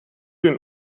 den